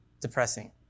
depressing